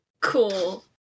Cool